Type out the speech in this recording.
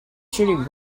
shooting